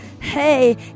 Hey